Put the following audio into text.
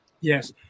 Yes